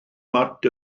mat